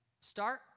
Start